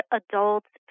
adults